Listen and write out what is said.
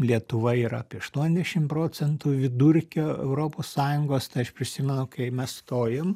lietuva yra apie aštuoniasdešim procentų vidurkio europos sąjungos tai aš prisimenu kai mes stojom